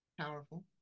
powerful